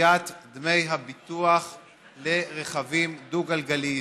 לגביית דמי הביטוח לרכבים דו-גלגליים.